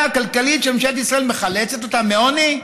הכלכלית של ממשלת ישראל מחלצת אותם מעוני?